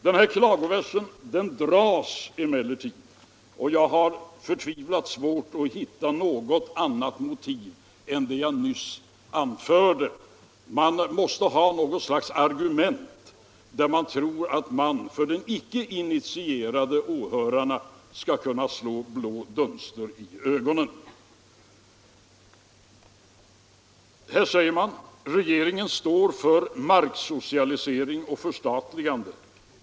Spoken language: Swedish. Den här klagoversen dras emellertid, och jag har förtvivlat svårt att hitta något annat motiv än det jag nyss anförde. Man måste ha något slags argument med vilket man tror att man skall kunna slå blå dunster i ögonen på de icke initierade åhörarna. Här säger man att regeringen står för marksocialisering och förstatligande.